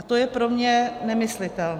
A to je pro mě nemyslitelné.